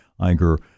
Iger